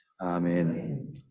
Amen